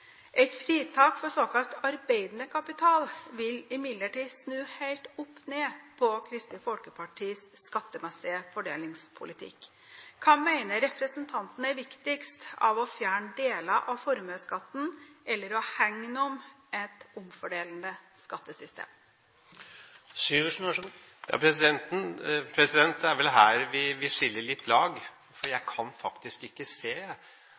Et fritak for såkalt arbeidende kapital vil imidlertid snu helt opp ned på Kristelig Folkepartis skattemessige fordelingspolitikk. Hva mener representanten Syversen er viktigst, å fjerne deler av formuesskatten eller å hegne om et omfordelende skattesystem? Det er vel her vi skiller lag. Jeg kan faktisk ikke se at det å fjerne formuesbeskatningen på arbeidsplasser i realiteten er et problem fordelingsmessig. Tvert imot, jeg